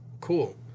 cool